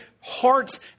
heart's